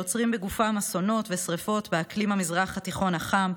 שעוצרים בגופם אסונות ושרפות באקלים המזרח התיכון החם,